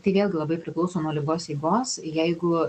tai vėlgi labai priklauso nuo ligos eigos jeigu